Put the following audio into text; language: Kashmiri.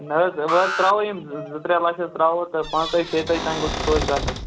نَہ حظ وۄنۍ حظ تَراوَو یِم زٕ ترٛےٚ لَچھ ترٛاوَو تہٕ پانٛژھ تٲجی شیٚیہِ تٲج تام گوٚژھُس تویتہِ گَژھُن